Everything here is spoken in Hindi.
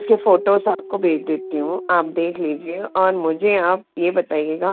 उसके फोटोस आपको भेज देती हूँ आप देख लीजिए और मुझे आप ये बताइएगा